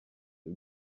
you